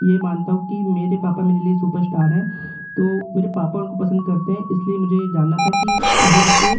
ये मानता हूँ कि मेरे पापा मेरे लिए सुपर इश्टार हैं तो मेरे पापा उनको पसंद करते हैं इसलिए मुझे ये जानना था कि वो उनके